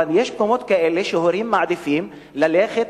אבל יש מקומות שהורים מעדיפים ללכת